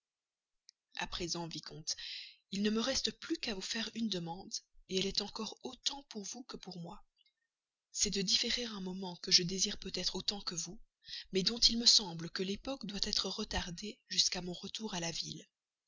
a présent vicomte il ne me reste plus qu'à vous faire une demande elle est encore autant pour vous que pour moi c'est de différer un moment que je désire peut-être autant que vous mais dont il me semble que l'époque doit être retardée jusqu'à mon retour à la ville